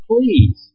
please